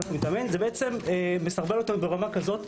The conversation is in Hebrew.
הולך להתאמן - זה בעצם מסרבל אותנו ברמה כזאת,